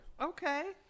Okay